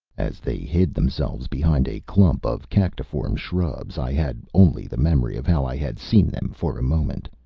as they hid themselves behind a clump of cactiform shrubs, i had only the memory of how i had seen them for a moment,